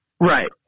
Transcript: Right